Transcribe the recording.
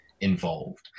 involved